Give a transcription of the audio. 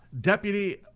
Deputy